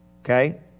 okay